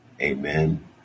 Amen